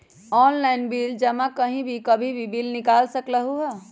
Online bill जमा कहीं भी कभी भी बिल निकाल सकलहु ह?